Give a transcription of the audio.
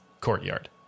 courtyard